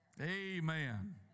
Amen